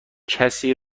کسی